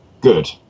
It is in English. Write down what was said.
good